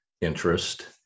interest